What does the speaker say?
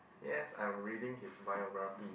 yes I'm reading his bibliography